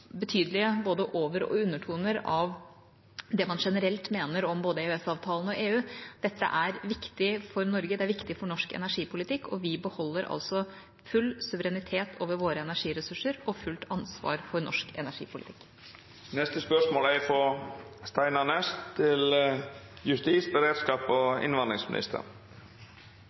betydelige både over- og undertoner av det man generelt mener om både EØS-avtalen og EU. Dette er viktig for Norge. Det er viktig for norsk energipolitikk. Vi beholder full suverenitet over våre energiressurser og fullt ansvar for norsk energipolitikk. Eg vil stille følgjande spørsmål til justis-, beredskaps- og innvandringsministeren: